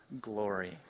glory